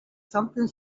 something